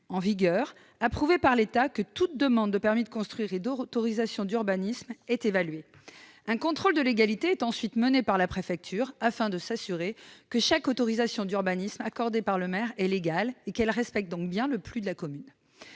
en vigueur, approuvé par l'État, que toute demande de permis de construire et d'autorisation d'urbanisme est évaluée. Un contrôle de légalité est ensuite assuré par la préfecture, afin d'assurer que chaque autorisation d'urbanisme accordée par le maire est légale et qu'elle respecte bien le PLU de la commune.